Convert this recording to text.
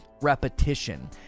Repetition